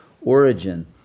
origin